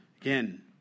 Again